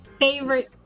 favorite